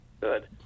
Good